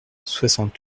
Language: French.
soixante